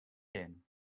din